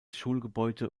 schulgebäude